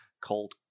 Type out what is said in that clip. called